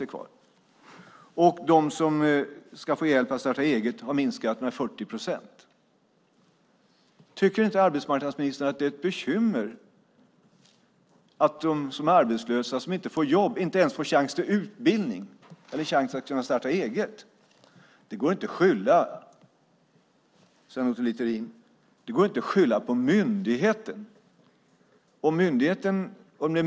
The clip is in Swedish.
Antalet personer som ska få hjälp att starta eget har minskat med 40 procent. Tycker inte arbetsmarknadsministern att det är ett bekymmer att de som är arbetslösa och som inte får jobb inte ens får en chans till utbildning eller en chans att starta eget? Sven Otto Littorin, det går inte att skylla på myndigheten.